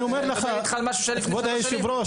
מדובר במשהו שהיה לפני שלוש שנים,